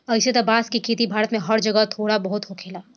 अइसे त बांस के खेती भारत में हर जगह थोड़ा बहुत होखेला